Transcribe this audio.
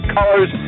Colors